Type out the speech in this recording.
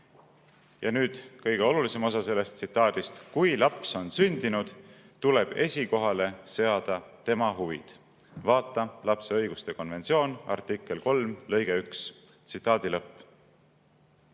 Ja nüüd kõige olulisem osa sellest tsitaadist: "Kui laps on sündinud, tuleb esikohale seada tema huvid (vt lapse õiguste konventsioon, artikkel 3 lõige 1)."